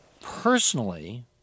personally